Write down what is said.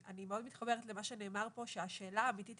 אני מאוד מתחברת למה שנאמר פה שהשאלה האמיתית